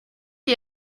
die